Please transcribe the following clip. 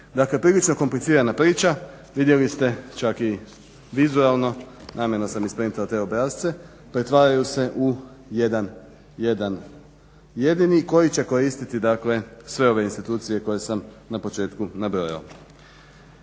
Dakle, prilično komplicirana priča, vidjeli ste čak i vizualno namjerno sam isprintao te obrasce, pretvaraju se u jedan jedini koji će koristiti dakle sve institucije koje sam na početku nabrojao.